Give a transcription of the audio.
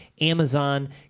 Amazon